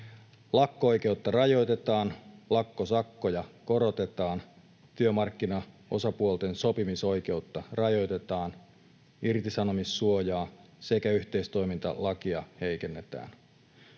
Lakko-oikeutta rajoitetaan, lakkosakkoja korotetaan, työmarkkinaosapuolten sopimisoikeutta rajoitetaan, irtisanomissuojaa sekä yhteistoimintalakia heikennetään.